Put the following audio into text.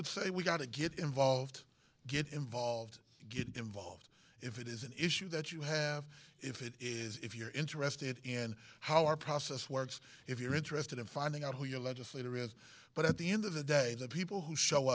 would say we got to get involved get involved get involved if it is an issue that you have if it is if you're interested in how our process works if you're interested in finding out who your legislator is but at the end of the day the people who show